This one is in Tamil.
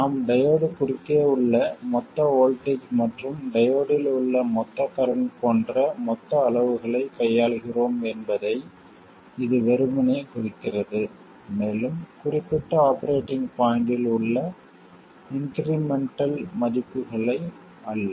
நாம் டையோடு குறுக்கே உள்ள மொத்த வோல்ட்டேஜ் மற்றும் டையோடில் உள்ள மொத்த கரண்ட் போன்ற மொத்த அளவுகளை கையாளுகிறோம் என்பதை இது வெறுமனே குறிக்கிறது மேலும் குறிப்பிட்ட ஆபரேட்டிங் பாய்ன்ட்டில் உள்ள இன்க்ரிமெண்டல் மதிப்புகளை அல்ல